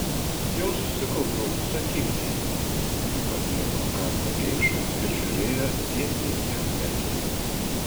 jau susikaupiau sakyk tėti ji padėjo prakąstą geišą ir žiūrėjo tiesiai jam į akis